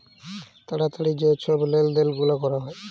তাড়াতাড়ি যে ছব লেলদেল গুলা ক্যরা হ্যয়